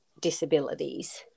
disabilities